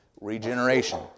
regeneration